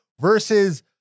versus